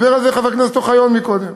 דיבר על זה חבר הכנסת אוחיון קודם,